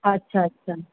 अच्छा अच्छा